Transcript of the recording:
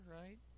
right